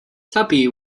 tuppy